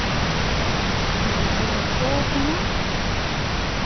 हां जी ओह् कि'यां